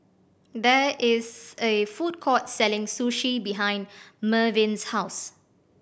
there is a food court selling Sushi behind Merwin's house